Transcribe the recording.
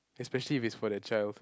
especially if it's for the child